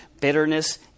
bitterness